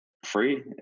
Free